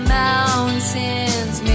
mountains